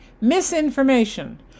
misinformation